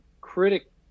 critic